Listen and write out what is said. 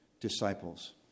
disciples